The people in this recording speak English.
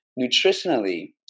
nutritionally